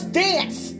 dance